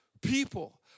people